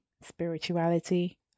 spirituality